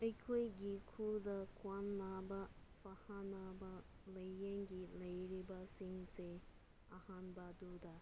ꯑꯩꯈꯣꯏꯒꯤ ꯈꯨꯜꯗ ꯈ꯭ꯋꯥꯡ ꯅꯥꯕ ꯐꯍꯟꯅꯕ ꯂꯥꯏꯌꯦꯡꯒꯤ ꯂꯩꯔꯤꯕꯁꯤꯡꯁꯦ ꯑꯍꯥꯟꯕꯗ